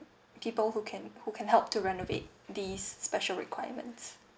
people who can who can help to renovate these special requirements